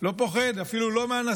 לא פוחד, אפילו לא מהנשיא,